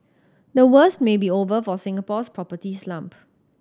the worst may be over for Singapore's property slump